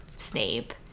snape